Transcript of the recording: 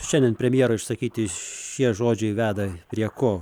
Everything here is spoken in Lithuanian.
šiandien premjero išsakyti šie žodžiai veda prie ko